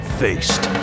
faced